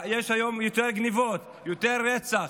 יש היום יותר גנבות, יותר רצח.